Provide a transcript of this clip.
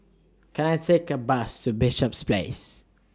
Can I Take A Bus to Bishops Place